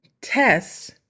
tests